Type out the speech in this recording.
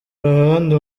ruhande